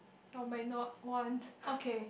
or might not want